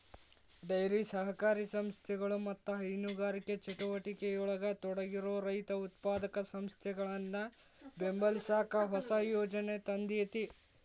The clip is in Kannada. ಡೈರಿ ಸಹಕಾರಿ ಸಂಸ್ಥೆಗಳು ಮತ್ತ ಹೈನುಗಾರಿಕೆ ಚಟುವಟಿಕೆಯೊಳಗ ತೊಡಗಿರೋ ರೈತ ಉತ್ಪಾದಕ ಸಂಸ್ಥೆಗಳನ್ನ ಬೆಂಬಲಸಾಕ ಹೊಸ ಯೋಜನೆ ತಂದೇತಿ